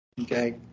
okay